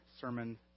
sermon